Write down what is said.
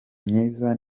myiza